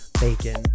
bacon